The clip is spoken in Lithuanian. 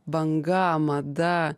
banga mada